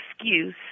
excuse